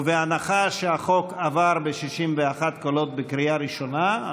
ובהנחה שהחוק עבר ב-61 קולות בקריאה ראשונה,